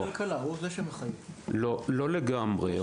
לא לגמרי.